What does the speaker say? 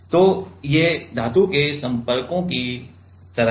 तो ये धातु के संपर्कों की तरह हैं